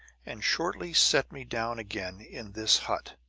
and shortly set me down again in this hut.